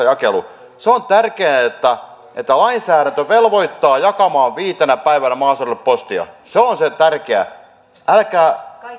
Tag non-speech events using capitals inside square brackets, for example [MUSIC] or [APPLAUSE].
[UNINTELLIGIBLE] jakelu se on tärkeää että lainsäädäntö velvoittaa jakamaan viitenä päivänä maaseudulla postia se on se tärkeä älkää